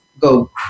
go